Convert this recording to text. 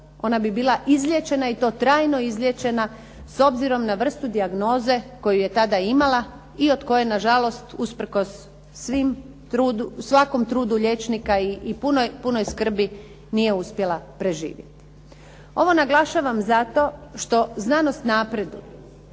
ona bi bila izliječena i to trajno izliječena s obzirom na vrstu dijagnoze koju je tada imala i od koje je nažalost usprkos svakom trudu liječnika i punoj skrbi nije uspjela preživjeti. Ovo naglašavam zato što znanost napreduje,